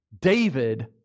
David